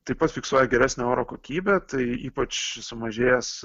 taip pat fiksuoja geresnio oro kokybę tai ypač sumažėjęs